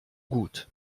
gut